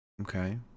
Okay